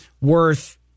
worth